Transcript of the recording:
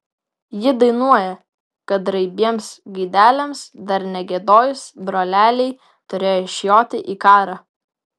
ji dainuoja kad raibiems gaideliams dar negiedojus broleliai turėjo išjoti į karą